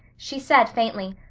she said faintly,